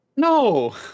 No